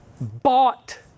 bought